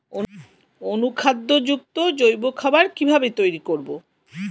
অনুখাদ্য যুক্ত জৈব খাবার কিভাবে তৈরি করব?